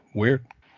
weird